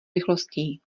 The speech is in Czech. rychlostí